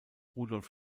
rudolf